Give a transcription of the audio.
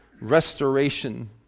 restoration